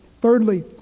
Thirdly